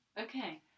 okay